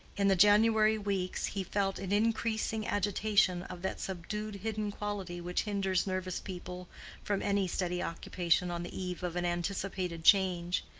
in the january weeks, he felt an increasing agitation of that subdued hidden quality which hinders nervous people from any steady occupation on the eve of an anticipated change.